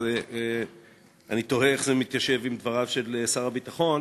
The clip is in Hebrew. אז אני תוהה איך זה מתיישב עם דבריו של שר הביטחון.